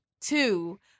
two